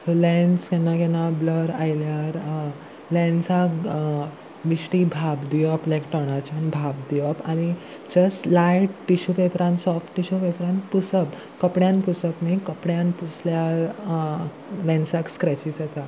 so lens केन्ना केन्ना blur आयल्यार लेन्साक बिश्टी भाब दिवप लायक टोणाच्यान भाब दिवप आनी जस्ट लायट टिशू पेपरान सॉफ्ट टिशू पेपरान पुसप कपड्यान पुसप न्ही कपड्यान पुसल्यार लेन्साक स्क्रेचीस येतात